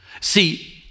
See